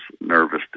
nervous